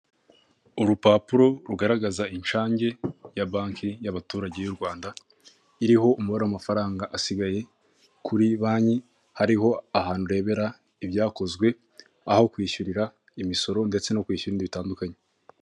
Urupapuro rugaragaza inshange ya banki y'abaturage y'u Rwanda iriho umubare w'amafaranga asigaye kuri banki, hariho ahantu urebera ibyakozwe, aho kwishyurira imisoro ndetse no kwishyura bitandukanye.